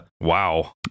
Wow